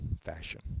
fashion